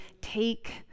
take